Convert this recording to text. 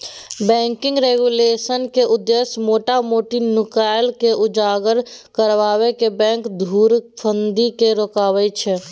banking रेगुलेशनक उद्देश्य मोटा मोटी नुकाएल केँ उजागर करब आ बैंक धुरफंदी केँ रोकब छै